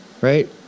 right